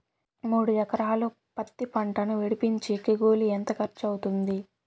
మూడు ఎకరాలు పత్తి పంటను విడిపించేకి కూలి ఎంత ఖర్చు అవుతుంది?